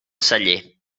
celler